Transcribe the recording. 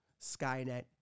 Skynet